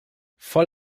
voll